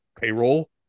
payroll